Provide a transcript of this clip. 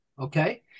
Okay